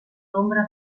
nombre